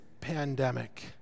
pandemic